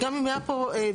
גם אם היה פה ויכוח,